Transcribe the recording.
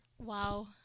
Wow